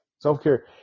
self-care